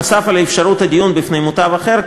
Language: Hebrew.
נוסף על אפשרות הדיון בפני מותב אחר,